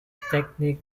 technique